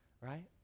Right